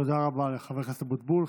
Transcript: תודה רבה לחבר הכנסת אבוטבול.